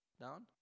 down